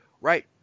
right